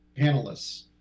panelists